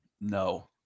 No